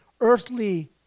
earthly